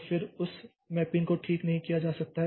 तो फिर उस मैपिंग को ठीक नहीं किया जा सकता है